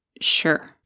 Sure